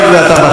ואתה בחוץ.